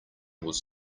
was